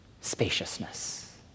spaciousness